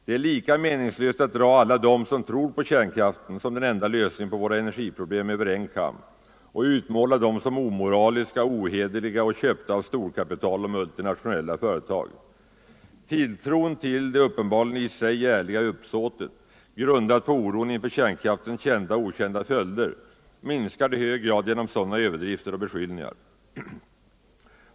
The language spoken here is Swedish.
Det är lika meningslöst att över en kam dra alla dem som tror på kärnkraften som den enda lösningen på våra energiproblem och utmåla dem som omoraliska, ohederliga och köpta av storkapital och multinationella företag. Tilltron till det uppenbarligen i sig ärliga uppsåtet, grundat på oron inför kärnkraftens kända och okända följder, minskar i hög grad genom sådana överdrifter och beskyllningar.